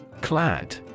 Clad